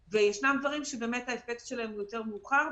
ישנם דברים שהאפקט שלהם הוא יותר מאוחר,